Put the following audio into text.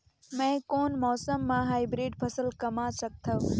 मै कोन मौसम म हाईब्रिड फसल कमा सकथव?